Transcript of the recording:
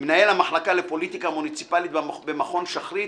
מנהל המחלקה לפוליטיקה מוניציפלית במכון שחרית,